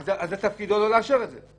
אז תפקידו לא לאשר את זה?